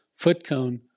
Footcone